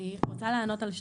אני רוצה לענות על שתי שאלות.